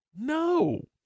No